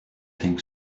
think